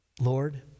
Lord